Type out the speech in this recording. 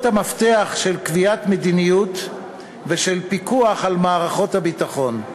המפתח של קביעת מדיניות ושל פיקוח על מערכות הביטחון,